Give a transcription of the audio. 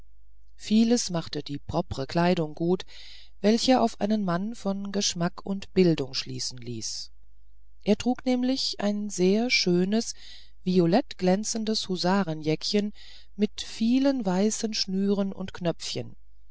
vieles machte die propre kleidung gut welche auf einen mann von geschmack und bildung schließen ließ er trug nämlich ein sehr schönes violettglänzendes husarenjäckchen mit vielen weißen schnüren und knöpfchen